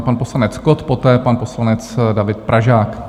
Pan poslanec Kott, poté pan poslanec David Pražák.